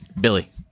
Billy